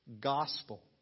gospel